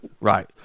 Right